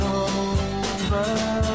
over